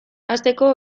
hasteko